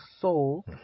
soul